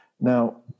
Now